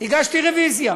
הגשתי רוויזיה.